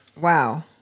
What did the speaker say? Wow